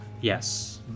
Yes